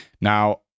Now